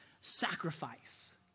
sacrifice